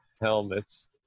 helmets